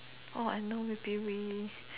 orh I know maybe we